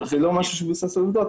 זה לא משהו שמבוסס על עובדות,